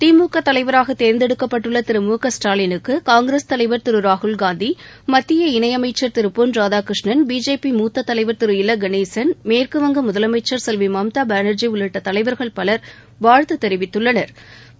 திமுகதலைவராகதேர்ந்தெடுக்கப்பட்டுள்ளதிரு மு க ஸ்டாலினுக்குகாங்கிரஸ் தலைவர் திருராகுல்காந்தி மத்திய இணையமைச்ச் திருபொன் ராதாகிருஷ்ணன் பிஜேபி மூத்த தலைவர் திரு இல கணேசன் மேற்குவங்க முதலமைச்சர் செல்விமம்தாபானாஜி உள்ளிட்டதலைவர்கள் பலர் வாழ்த்துதெரிவித்துள்ளனா்